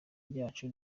ryacu